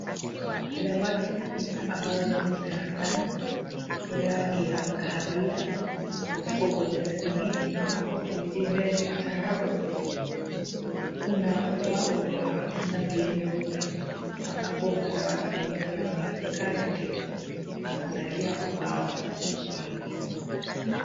Madawati sita ambayo yamo darasani yenye rangi ya kahawia, yapo kwenye simiti, amnbapo simiti yenyewe ni ya tarazo. Kuna ubao ambao ni wa rangi ya nyeupe ambapo madawati yenyewe yamekaa yakiangalia ubao wenyewe.